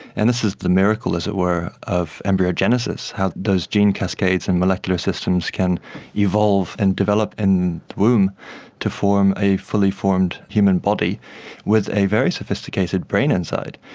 and this is the miracle, as it were, of embryogenesis, how those gene cascades and molecular systems can evolve and develop in the womb to form a fully formed human body with a very sophisticated brain inside.